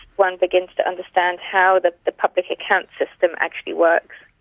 one begins to understand how the the public accounts system actually works.